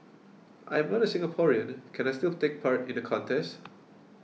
I am not a Singaporean can I still take part in the contest